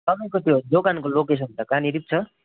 तपाईँको त्यो दोकानको लोकेसन त कहाँनिर पो छ